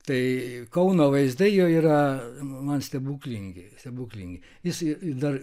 tai kauno vaizdai jo yra man stebuklingi stebuklingi jis dar